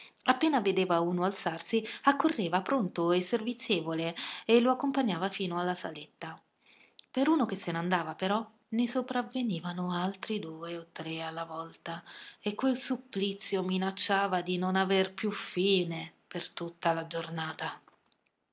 appena vedeva uno alzarsi accorreva pronto e servizievole e lo accompagnava fino alla saletta per uno che se n'andava però ne sopravvenivano altri due o tre alla volta e quel supplizio minacciava di non aver più fine per tutta la giornata